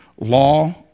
Law